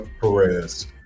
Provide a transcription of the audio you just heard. Perez